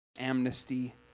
amnesty